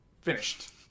Finished